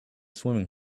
swimming